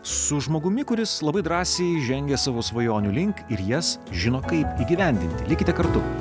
su žmogumi kuris labai drąsiai žengia savo svajonių link ir jas žino kaip įgyvendinti likite kartu